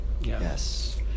Yes